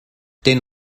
den